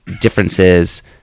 differences